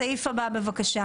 הסעיף הבא בבקשה.